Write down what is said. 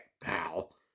pal